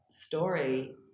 story